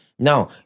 Now